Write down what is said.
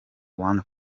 one